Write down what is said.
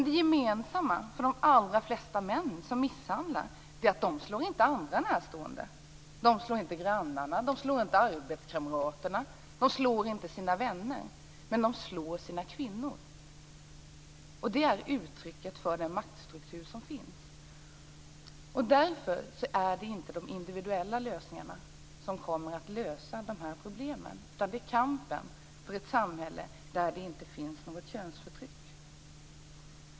Det gemensamma för de allra flesta män som misshandlar är att de inte slår andra närstående. De slår inte grannarna. De slår inte arbetskamraterna. De slår inte sina vänner. Men de slår sina kvinnor. Det är uttrycket för den maktstruktur som finns. Därför är det inte de individuella lösningarna som kommer att lösa de här problemen, utan det är kampen för ett samhälle där det inte finns något könsförtryck.